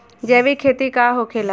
जैविक खेती का होखेला?